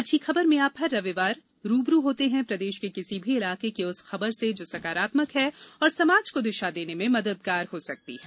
अच्छी खबर में आप हर रविवार रू ब रू होते हैं प्रदेश के किसी भी इलाके की उस खबर से जो सकारात्मक है और समाज को दिशा देने में मददगार हो सकती है